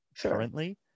currently